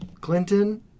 Clinton